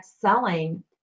selling